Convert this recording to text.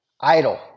idle